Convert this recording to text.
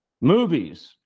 Movies